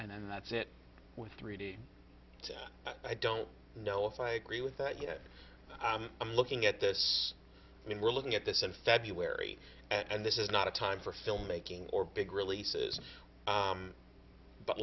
and then that's it with three d to i don't know if i agree with that yet but i'm looking at this i mean we're looking at this in february and this is not a time for filmmaking or big releases